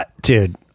Dude